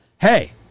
hey